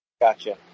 Gotcha